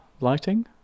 lighting